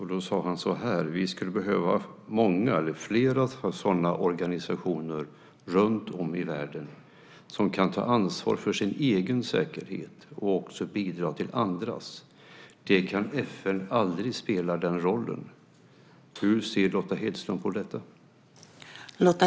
Han sade så här: Vi skulle behöva flera sådana organisationer runt om i världen som kan ta ansvar för sin egen säkerhet och också bidra till andras. FN kan aldrig spela den rollen. Hur ser Lotta Hedström på detta?